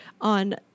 on